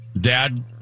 Dad